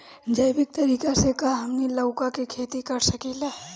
जैविक तरीका से का हमनी लउका के खेती कर सकीला?